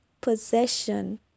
possession